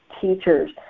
teachers